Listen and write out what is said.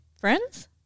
friends